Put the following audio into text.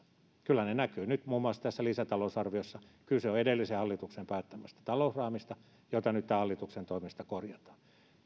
kyllä ne näkyvät nyt muun muassa tässä lisätalousarviossa kyse on edellisen hallituksen päättämästä talousraamista jota nyt tämän hallituksen toimesta korjataan